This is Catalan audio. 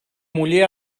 muller